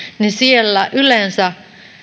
niin siellä yleensä